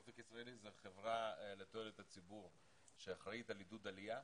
אופק ישראלי זו חברה לתועלת הציבור שאחראית על עידוד עלייה,